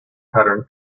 pattern